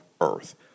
earth